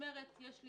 - במשמרת יש לי